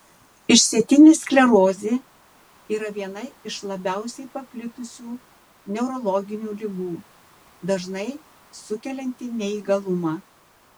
išsėtinė sklerozė yra viena iš labiausiai paplitusių neurologinių ligų dažnai sukelianti neįgalumą